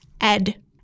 ed